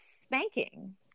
spanking